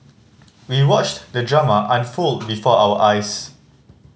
we watched the drama unfold before our eyes